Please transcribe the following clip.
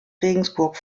regensburg